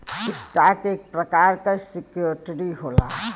stock एक प्रकार क सिक्योरिटी होला